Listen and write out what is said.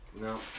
No